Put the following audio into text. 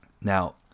Now